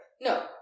No